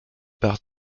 par